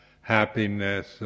happiness